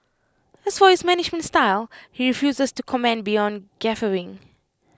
as for his management style he refuses to comment beyond guffawing